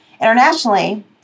Internationally